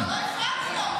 אבל לא הפרעתי לו.